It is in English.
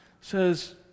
says